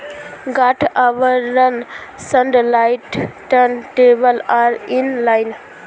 गांठ आवरण satellite turn table are in line